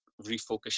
refocus